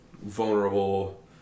vulnerable